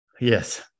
Yes